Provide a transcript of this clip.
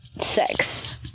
sex